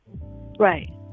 right